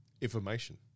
Information